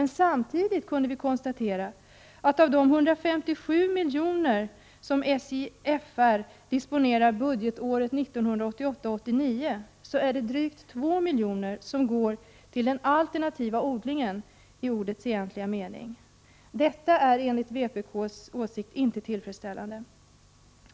Samtidigt kunde vi dock konstatera att av de 157 miljoner som SJFR disponerar för budgetåret 1988/89 är det drygt 2 miljoner som går till den alternativa odlingen i ordets egentliga mening. Detta är enligt vpk:s mening inte tillfredsställande.